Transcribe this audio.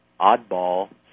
oddball